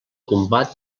combat